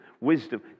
Wisdom